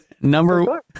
number